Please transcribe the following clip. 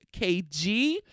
KG